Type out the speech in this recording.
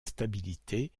stabilité